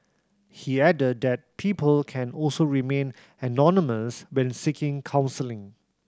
he added that people can also remain anonymous when seeking counselling